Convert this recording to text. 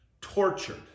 tortured